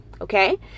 okay